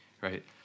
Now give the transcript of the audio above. Right